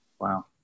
Wow